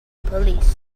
police